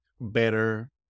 better